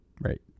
Right